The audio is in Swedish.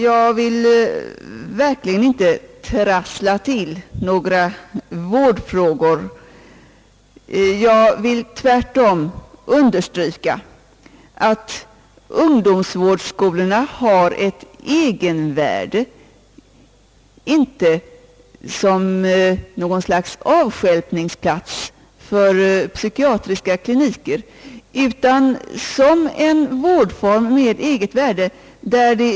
Jag vill verkligen inte trassla till några vårdfrågor, utan jag vill tvärtom understryka att ungdomsvårdsskolorna har ett värde, inte som något slags avstjälpningsplatser för psykiatriska kliniker utan ett egenvärde som vårdform.